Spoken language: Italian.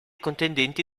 contendenti